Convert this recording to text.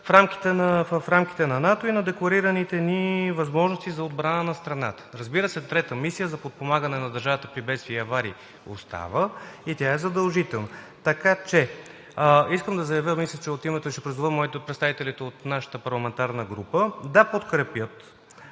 в рамките на НАТО и декларираните ни възможности за отбрана на страната. Разбира се, трета мисия – за подпомагане на държавата при бедствия и аварии остава и тя е задължителна. Искам да заявя и ще призова народните представители от нашата парламентарна група да подкрепят